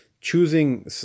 choosing